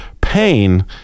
pain